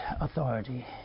authority